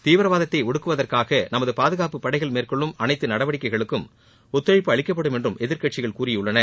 தீவிரவாதத்தை ஒடுக்குவதற்காக நமது பாதுகாப்பு படைகள் மேற்கொள்ளும் அனைத்து நடவடிக்கைகளுக்கும் ஒத்துழைப்பு அளிக்கப்படும் என்று எதிர்கட்சிகள் கூறியுள்ளன